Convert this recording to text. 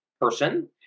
person